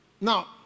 Now